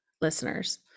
Listeners